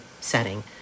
setting